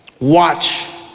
watch